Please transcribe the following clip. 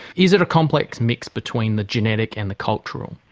is it a complex mix between the genetic and the cultural?